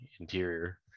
interior